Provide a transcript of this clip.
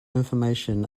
information